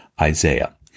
Isaiah